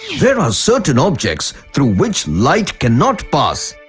there are certain objects, through which light cannot pass.